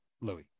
Louis